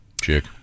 Chick